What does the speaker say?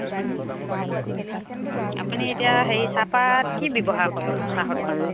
আপুনি এতিয়া হেৰি চাহপাত কি ব্যৱহাৰ কৰে চাহৰ দোকানত